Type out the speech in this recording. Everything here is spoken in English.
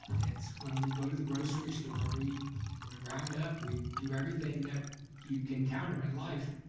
it's when we go to the grocery store, we we round up, we do everything that you encounter in life.